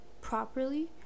properly